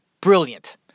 brilliant